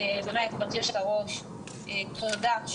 גברתי היושבת-ראש, תודה.